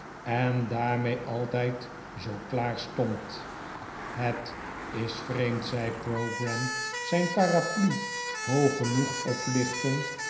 en daarmee altijd zoo klaar stond het is vreemd zei pogram zijn paraplu hoog genoeg oplichtend